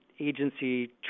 agency